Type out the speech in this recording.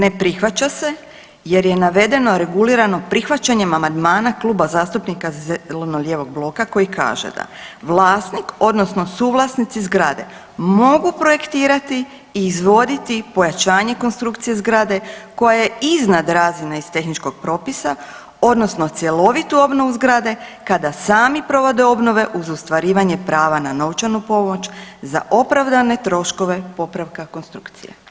Ne prihvaća se jer je navedeno regulirano prihvaćanjem amandmana Kluba zastupnika zeleno-lijevog bloka koji kaže da vlasnik odnosno suvlasnici zgrade mogu projektirati i izvoditi pojačanje konstrukcije zgrade koja je iznad razine iz tehničkog propisa odnosno cjelovitu obnovu zgrade kada sami provode obnove uz ostvarivanje prava na novčanu pomoć za opravdane troškove popravka konstrukcije.